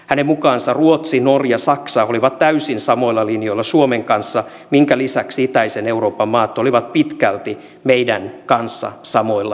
hänen mukaansa ruotsi norja ja saksa olivat täysin samoilla linjoilla suomen kanssa minkä lisäksi itäisen euroopan maat olivat pitkälti meidän kanssamme samoilla linjoilla